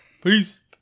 Please